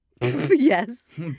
Yes